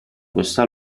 questa